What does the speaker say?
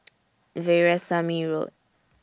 Veerasamy Road